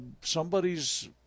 somebody's